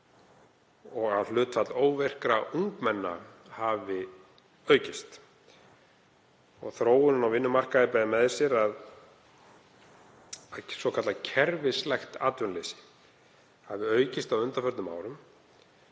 og að hlutfall óvirkra ungmenna hafi aukist. Þróunin á vinnumarkaði ber með sér að kerfislægt atvinnuleysi hafi aukist á undanförnum árum